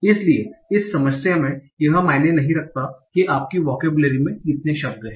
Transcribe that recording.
इसलिए इस समस्या में यह मायने नहीं रखता कि आपकी वोकेबलरी में कितने शब्द हैं